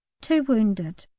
two wounded.